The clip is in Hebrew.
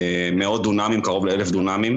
מאות דונמים, קרוב ל-1,000 דונמים.